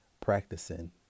practicing